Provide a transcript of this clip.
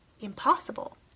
impossible